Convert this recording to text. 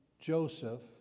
Joseph